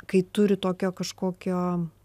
kai turi tokio kažkokio